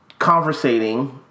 conversating